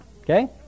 Okay